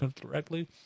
correctly